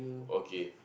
okay